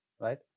right